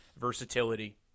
versatility